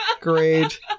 Great